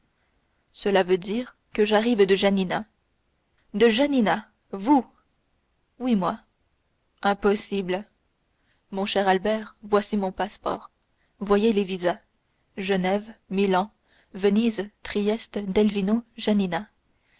cela cela veut dire que j'arrive de janina de janina vous oui moi impossible mon cher albert voici mon passeport voyez les visas genève milan venise trieste delvino